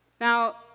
Now